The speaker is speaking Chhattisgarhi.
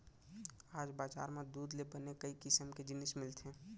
आज बजार म दूद ले बने कई किसम के जिनिस मिलथे